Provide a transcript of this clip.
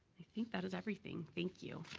i think that is everything, thank you.